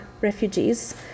refugees